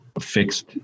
fixed